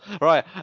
Right